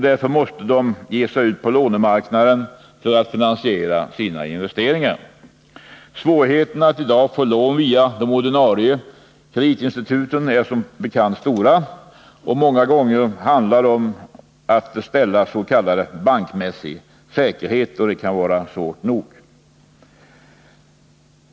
Därför måste de ge sig ut på lånemarknaden för att finansiera sina investeringar. Svårigheterna att i dag få lån via de ordinarie kreditinstituten är som bekant stora. Många gånger handlar det om att ställa s.k. bankmässig säkerhet, och det kan vara svårt nog.